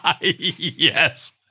yes